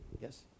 Yes